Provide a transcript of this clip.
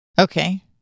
Okay